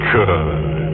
Good